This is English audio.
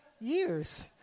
years